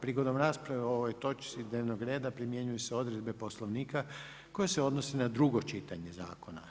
Prigodom rasprave o ovoj točci dnevnog reda primjenjuju se odredbe Poslovnika koje se odnose na drugo čitanje zakona.